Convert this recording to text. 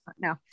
no